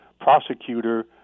prosecutor